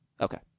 Okay